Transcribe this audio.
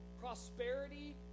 prosperity